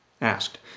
asked